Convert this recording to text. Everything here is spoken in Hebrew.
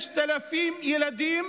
5,000 ילדים